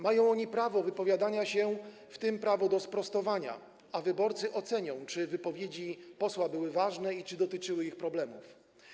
Mają oni prawo wypowiadania się, w tym prawo do sprostowania, a wyborcy ocenią, czy wypowiedzi posła były ważne i czy dotyczyły ich problemów.